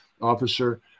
officer